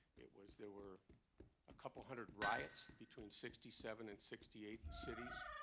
it was there were a couple hundred riots between sixty seven and sixty eight. the cities